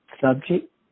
subject